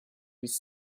his